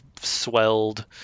swelled